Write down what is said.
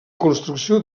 construcció